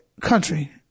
country